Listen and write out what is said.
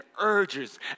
urges